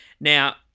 Now